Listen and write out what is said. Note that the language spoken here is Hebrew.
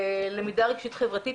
למידה רגשית חברתית,